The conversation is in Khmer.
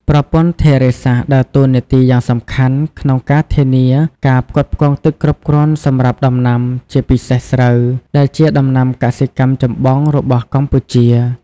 ប្រព័ន្ធធារាសាស្ត្រដើរតួនាទីយ៉ាងសំខាន់ក្នុងការធានាការផ្គត់ផ្គង់ទឹកគ្រប់គ្រាន់សម្រាប់ដំណាំ ជាពិសេសស្រូវ ដែលជាដំណាំកសិកម្មចម្បងរបស់កម្ពុជា។